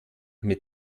mit